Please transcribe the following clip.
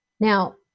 Now